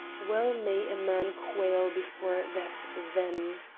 well may a man quail before that then.